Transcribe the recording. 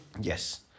Yes